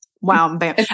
wow